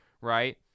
right